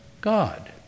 God